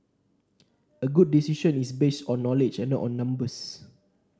a good decision is based on knowledge and not on numbers